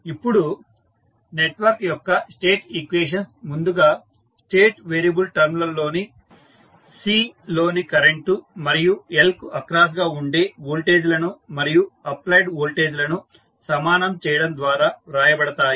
ఇప్పుడు నెట్వర్క్ యొక్క state equations ముందుగా స్టేట్ వేరియబుల్ టర్మ్ లలోని C లోని కరెంటు మరియు L కు అక్రాస్ గా ఉండే వోల్టేజ్ లను మరియు అప్లైడ్ వోల్టేజ్ లను సమానం చేయడం ద్వారా వ్రాయబడతాయి